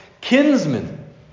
kinsmen